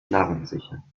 narrensicher